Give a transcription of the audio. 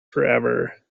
forever